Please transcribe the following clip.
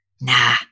Nah